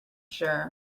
sure